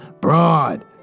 Broad